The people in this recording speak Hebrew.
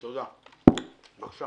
קודם כל אני רוצה